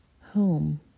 home